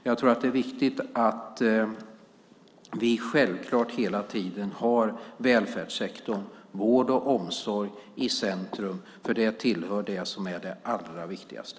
Det är självklart viktigt att vi hela tiden har välfärdssektorn, vård och omsorg, i centrum, för det tillhör det som är det allra viktigaste.